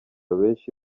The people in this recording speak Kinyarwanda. benshi